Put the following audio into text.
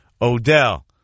Odell